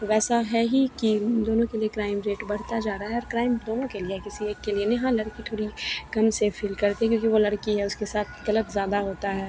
है ही की दोनों के लिए क्राइम रेट बढ़ता जा रहा है और क्राइम दोनों के लिए या किसी एक के लिए नहीं हाँ लड़की थोड़ी कम सेफ फिल करती क्योंकि वह लड़की है उसके साथ गलत ज़्यादा होता है